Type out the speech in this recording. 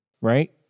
right